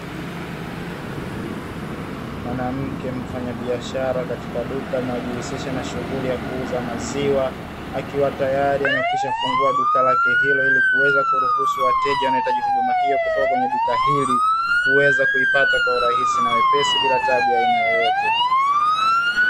Mwanamke mfanyabiashara katika duka linalojihusisha na shughuli ya kuuza maziwa, akiwa tayari amekwishafungua duka lake hilo ili kuweza kuruhusu wateja wanaohitaji huduma hiyo kutoka kwenye duka hili, kuweza kuipata kwa urahisi na wepesi bila taabu ya aina yoyote.